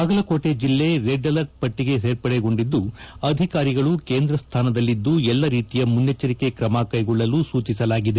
ಬಾಗಲಕೋಟಿ ಜಿಲ್ಲೆ red alert ಪಟ್ಟಿಗೆ ಸೇರ್ಪಡೆಗೊಂಡಿದ್ದು ಅಧಿಕಾರಿಗಳು ಕೇಂದ್ರಸ್ಥಾನದಲ್ಲಿದ್ದು ಎಲ್ಲ ರೀತಿಯ ಮುನ್ನಚ್ಚರಿಕೆ ಕ್ರಮ ಕೈಗೊಳ್ಳಲು ಸೂಚಿಸಲಾಗಿದೆ